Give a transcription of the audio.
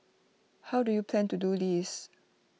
how do you plan to do this